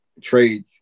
trade